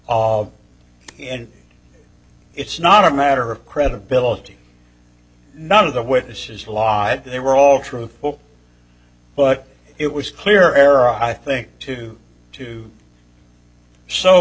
are and it's not a matter of credibility none of the witnesses lied they were all truthful but it was clear air i think too too so